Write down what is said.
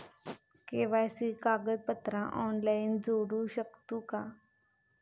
KYC कागदपत्रा online जोडू शकतू का?